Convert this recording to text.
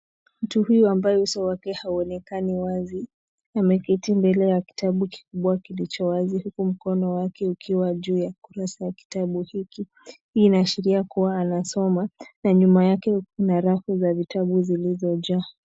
Mtu huyu ambaye uso wake hauonekani wazi ameketi mbele ya kitabu kikubwa kilicho wazi huku mkono wake ukiwa juu ya kurasa ya kitabu hiki. Hii inaashiria kuwa anasoma na nyuma yake huku na rafu za vitabu zilizojaa.